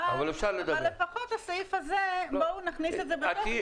אבל לפחות בואו נכניס את זה בתוך הסעיף הזה.